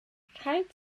rhaid